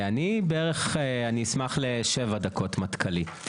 אני בערך אני אשמח לשבע דקות מטכ"לי.